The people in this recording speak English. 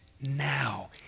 now